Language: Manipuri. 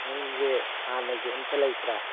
ꯅꯪꯒꯤ ꯍꯥꯟꯅꯒꯤ ꯑꯝꯇ ꯂꯩꯇ꯭ꯔꯦ